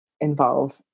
involve